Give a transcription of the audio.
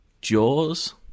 Jaws